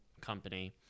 Company